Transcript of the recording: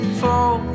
fall